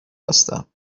هستم